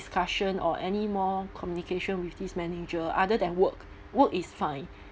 discussion or any more communication with this manager other than work work is fine